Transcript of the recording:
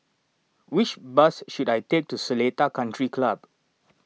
which bus should I take to Seletar Country Club